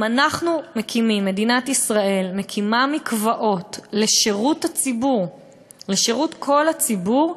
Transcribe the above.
אם מדינת ישראל מקימה מקוואות לשירות כל הציבור,